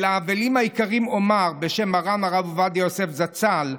לאבלים היקרים אומר בשם מרן הרב עובדיה יוסף זצ"ל,